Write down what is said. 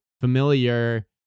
familiar